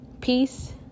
peace